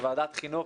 זו ועדת חינוך,